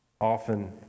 often